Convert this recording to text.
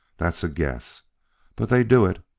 that's a guess but they do it.